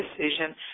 decision